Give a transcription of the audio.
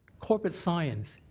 corporate science,